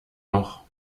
noch